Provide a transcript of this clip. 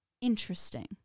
interesting